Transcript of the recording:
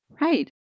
Right